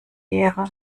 wäre